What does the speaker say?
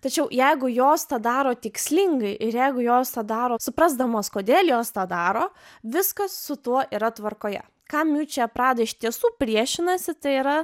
tačiau jeigu jos tą daro tikslingai ir jeigu jos tą daro suprasdamos kodėl jos tą daro viskas su tuo yra tvarkoje kam miučia prada iš tiesų priešinasi tai yra